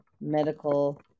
medical